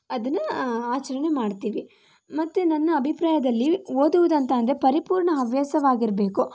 ಅದನ್ನು ಆಚರಣೆ ಮಾಡ್ತೀವಿ ಮತ್ತು ನನ್ನ ಅಭಿಪ್ರಾಯದಲ್ಲಿ ಓದುವುದು ಅಂತ ಅಂದರೆ ಪರಿಪೂರ್ಣ ಹವ್ಯಾಸವಾಗಿರಬೇಕು